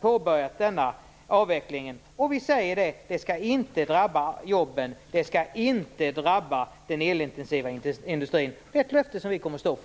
påbörjat denna avveckling. Vi säger att det inte skall drabba jobben och inte drabba den elintensiva industrin. Det är ett löfte som vi kommer att stå för.